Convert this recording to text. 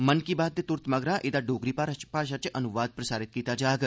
मन की बात दे त्रंत मगरा एदा डोगरी भाशा च अन्वाद प्रसारित कीता जाग